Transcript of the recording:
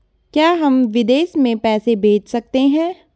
क्या हम विदेश में पैसे भेज सकते हैं?